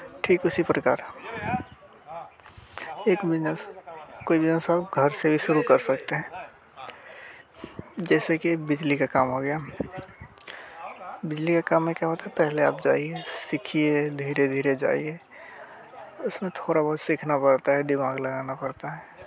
ठीक उसी प्रकार एक बिजनेस कोई व्यवसाय घर से ही शुरू कर सकते हैं जैसे कि बिजली का काम हो गया बिजली के काम में क्या होता है पहले आप जाइए सीखिए धीरे धीरे जाइए उसमें थोड़ा बहुत सीखना पड़ता है दिमाग लगाना पड़ता है